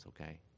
okay